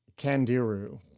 Kandiru